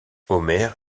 homer